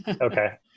Okay